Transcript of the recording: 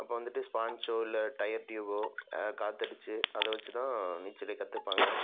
அப்போ வந்துட்டு ஸ்பாஞ்சோ இல்லை டயர் டியூபோ காற்றடிச்சி அதை வச்சு தான் நீச்சலே கற்றுப்பாங்க